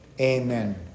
Amen